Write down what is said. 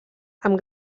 amb